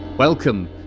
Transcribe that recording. Welcome